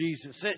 Jesus